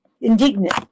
indignant